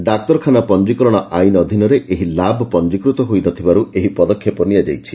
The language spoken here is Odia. ଡାକ୍ତରଖାନା ପଞିକରଣ ଆଇନ୍ ଅଧୀନରେ ଏହି ଲାବ୍ ପଞିକୃତ ହୋଇନଥିବାରୁ ଏହି ପଦକ୍ଷେପ ନିଆଯାଇଛି